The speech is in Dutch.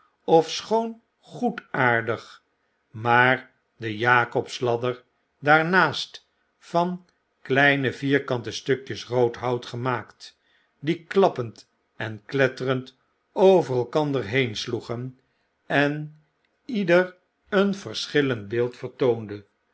ofschoon goedaardig maar de jacobs ladder daarnaast van kleine vierkante stukjes rood hout gemaakt die klappend en kletterend over elkander heensloegen en ieder een verschillend beeld vertoonde